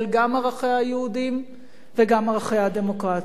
גם ערכיה היהודיים וגם ערכיה הדמוקרטיים.